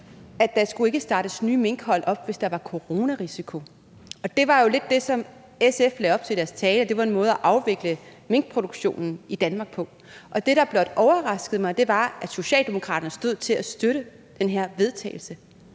at der ikke skulle startes nye minkhold op, hvis der var coronarisiko, og det var jo lidt det, som SF lagde op til i deres tale var en måde at afvikle minkproduktionen i Danmark på. Det, der blot overraskede mig, var, at Socialdemokraterne stod til at støtte det her forslag